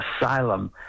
Asylum